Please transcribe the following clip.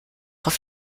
auf